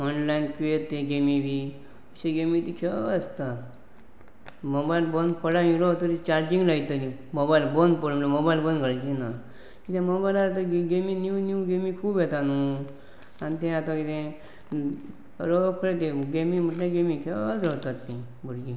online येतय ते गेमी बी अशे गेमी ती खेळत आसता मोबायल बंद पडूंक येयलो तरी चार्जींग लायतली मोबायल बंद पडनी म्हणल्यार मोबायल बंद घालची ना कित्याक मोबायलार आतां गेमी नीव नीव गेमी खूब येता न्हय आनी तें आतां कितें तें रोकडें तें गेमी म्हटल्या गेमी खेळत रावतात तीं भुरगीं